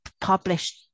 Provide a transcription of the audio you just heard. published